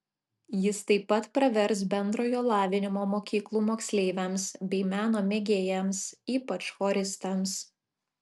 jis taip pat pravers bendrojo lavinimo mokyklų moksleiviams bei meno mėgėjams ypač choristams